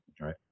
Right